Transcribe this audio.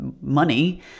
money